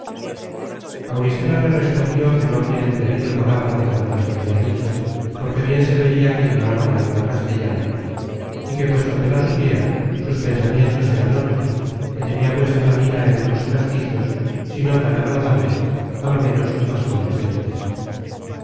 auristela le respondió que no habia entendido palabra de cuantas le habia dicho porque bien se veia que ignoraba la lengua castellana y que puesto que la supiera sus pensamientos eran otros que tenian puesta la mira en otros ejercicios si no tan agradables á lo menos más convenientes